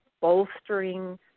bolstering